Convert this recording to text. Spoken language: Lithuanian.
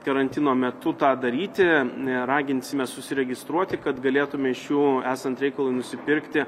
karantino metu tą daryti raginsime susiregistruoti kad galėtume iš jų esant reikalui nusipirkti